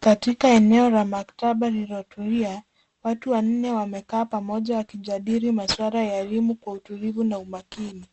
Katika eneo la maktaba lililotulia, watu wanne wamekaa pamoja wakijadili masuala ya elimu kwa utulivu na umakini.